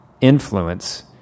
influence